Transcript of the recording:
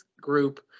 group